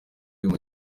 y’uyu